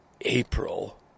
April